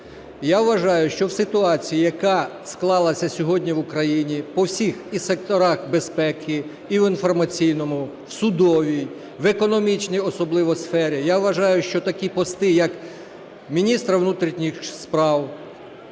Я вважаю, що в ситуації, яка склалася сьогодні в Україні по всіх секторах: і безпеки і в інформаційному, в судовій, в економічній особливо сфері, - я вважаю, що такі пости, як міністра внутрішніх справ,